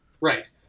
Right